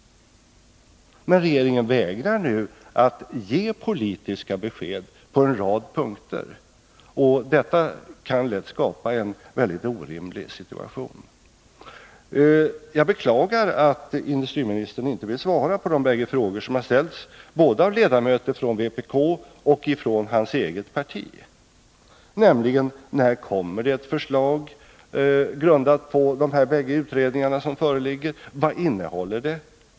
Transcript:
Men regeringen vägrar nu att ge politiska besked på en rad punkter. Detta kan lätt skapa en orimlig situation. Jag beklagar att industriministern inte vill svara på de bägge frågor som har ställts, både av ledamöter från vpk och av ledamöter från hans eget parti: När kommer det ett förslag grundat på de bägge utredningar som föreligger? Vad innehåller det?